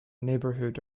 neighbourhood